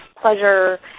pleasure